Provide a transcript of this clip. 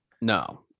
No